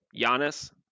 Giannis